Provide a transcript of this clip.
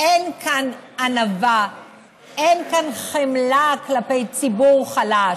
אין כאן ענווה, אין כאן חמלה כלפי ציבור חלש.